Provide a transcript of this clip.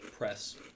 Press